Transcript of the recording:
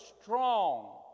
strong